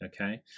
okay